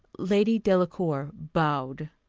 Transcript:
lady delacour bowed.